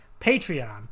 Patreon